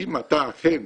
ואם אתה אכן